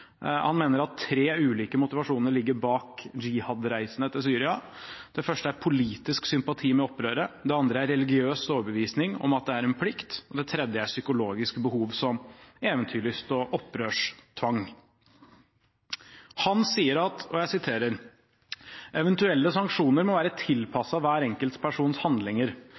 Han mener at tre ulike motivasjoner ligger bak jihad-reisene til Syria. Det første er politisk sympati med opprøret. Det andre er religiøs overbevisning om at det er en plikt. Det tredje er psykologiske behov som eventyrlyst og opprørstrang. Han sier: «Eventuelle sanksjoner må være tilpasset hver enkelt persons handlinger.